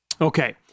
Okay